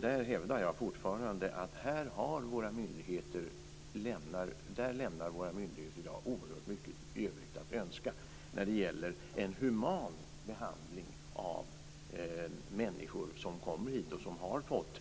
Där hävdar jag fortfarande att våra myndigheter i dag lämnar oerhört mycket övrigt att önska när det gäller en human behandling av människor som kommer hit och som har fått